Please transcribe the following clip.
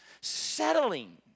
settling